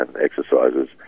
exercises